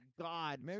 God